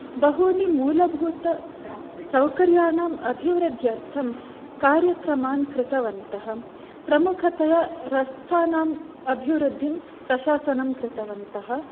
बहूनि मूलभूतसौकर्याणाम् अभिवृद्ध्यर्थं कार्यक्रमान् कृतवन्तः प्रमुखतया रस्तानाम् अभिवृद्धिं प्रशासनं कृतवन्तः